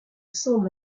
semble